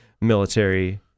military